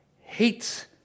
hates